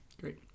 Great